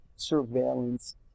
surveillance